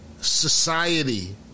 society